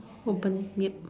open yup